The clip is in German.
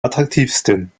attraktivsten